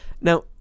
Now